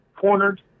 cornered